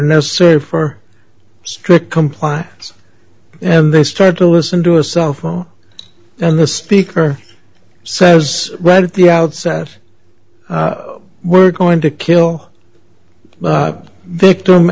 necessary for strict compliance and they start to listen to a cell phone and the speaker says right at the outset we're going to kill victim